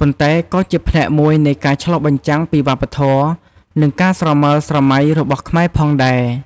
ប៉ុន្តែក៏ជាផ្នែកមួយនៃការឆ្លុះបញ្ចាំងពីវប្បធម៌ និងការស្រមើលស្រមៃរបស់ខ្មែរផងដែរ។